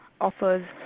offers